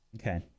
Okay